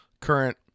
current